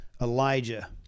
elijah